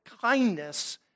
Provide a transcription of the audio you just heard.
kindness